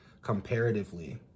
comparatively